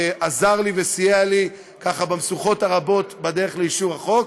עזר לי וסייע לי במשוכות הרבות בדרך לאישור החוק.